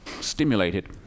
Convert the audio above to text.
stimulated